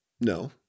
no